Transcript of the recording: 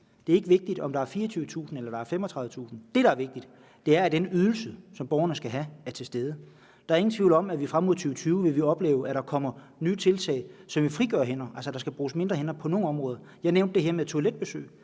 Det er ikke vigtigt, om der er 24.000, eller der er 35.000. Det, der er vigtigt, er, at den ydelse, som borgerne skal have, er til stede. Der er ingen tvivl om, at vi frem mod 2020 vil opleve, at der kommer nye tiltag, så vi frigør hænder, altså så der skal bruges færre hænder på nogle områder. Jeg nævnte det her med toiletbesøg.